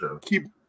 Keep